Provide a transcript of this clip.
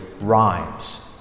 rhymes